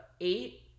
eight